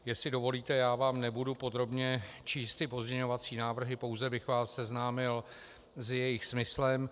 Jestli dovolíte, nebudu vám podrobně číst ty pozměňovací návrhy, pouze bych vás seznámil s jejich smyslem.